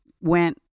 went